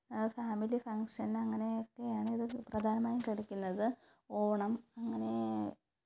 family function അങ്ങനെയൊക്കെയാണ് ഇത് പ്രധാനമായും കളിക്കുന്നത് ഓണം അങ്ങനെ